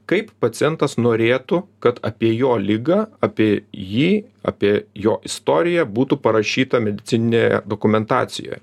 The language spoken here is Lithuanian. kaip pacientas norėtų kad apie jo ligą apie jį apie jo istoriją būtų parašyta medicininėje dokumentacijoje